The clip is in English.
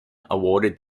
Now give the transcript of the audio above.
awarded